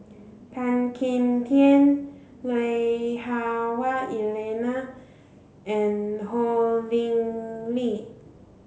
Tan Kim Tian Lui Hah Wah Elena and Ho Lee Ling